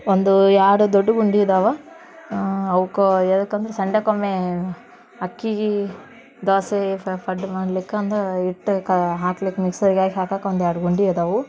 ಒಂದು ಎರಡು ದೊಡ್ಡ ಗುಂಡಿ ಇದಾವೆ ಅವ್ಕೆ ಎದಕ್ಕೆ ಅಂದ್ರೆ ಸಂಡೆಕ್ಕೆ ಒಮ್ಮೆ ಅಕ್ಕಿ ದೋಸೆ ಪಡ್ಡು ಮಾಡ್ಲಿಕ್ಕೆ ಅಂದು ಹಿಟ್ಟು ಕ ಹಾಕ್ಲಿಕ್ಕೆ ಮಿಕ್ಸಿಗೆ ಹಾಕಿ ಹಾಕಕ್ಕೆ ಒಂದು ಎರಡು ಗುಂಡಿ ಇದಾವೆ